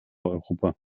europa